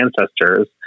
ancestors